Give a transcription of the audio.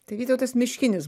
tai vytautas miškinis